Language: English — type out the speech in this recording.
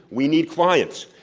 we need clients.